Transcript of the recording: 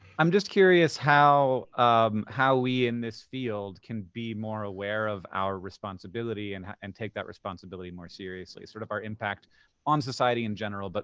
i'm just curious how um how we in this field can be more aware of our responsibility and and take that responsibility more seriously. sort of our impact on society in general, but